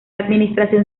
administración